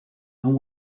and